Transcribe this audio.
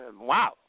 wow